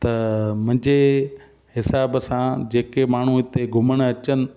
त मुंहिंजे हिसाब सां जेके माण्हू हिते घुमणु अचनि